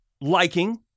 liking